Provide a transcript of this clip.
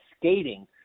skating